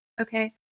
okay